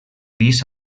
pis